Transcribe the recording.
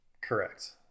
Correct